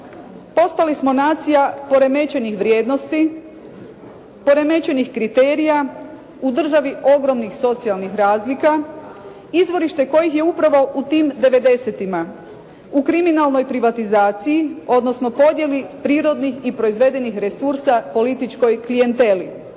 Postali smo nacija poremećenih vrijednosti, poremećenih kriterija u državi ogromnih socijalnih razlika, izvorište kojih je upravo u tim '90.-tima u kriminalnoj privatizaciji, odnosno podjeli prirodnih i proizvedenih resursa, političkoj klijenteli.